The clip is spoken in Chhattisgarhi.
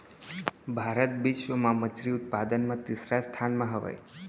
भारत बिश्व मा मच्छरी उत्पादन मा तीसरा स्थान मा हवे